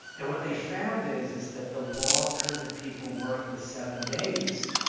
and what they found is, is that the longer that people worked the seven days,